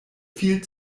viel